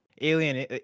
Alien